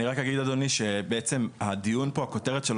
אני רק אגיד אדוני שבעצם הדיון פה הכותרת שלו